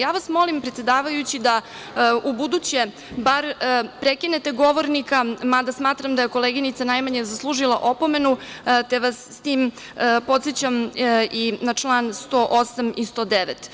Ja vas molim, predsedavajući, da ubuduće bar prekinete govornika, mada smatram da je koleginica najmanje zaslužila opomenu, te vas podsećam i na član 108. i 109.